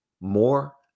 more